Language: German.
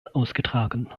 ausgetragen